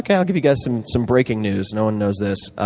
yeah i'll give you guys some some breaking news. no one knows this.